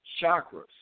chakras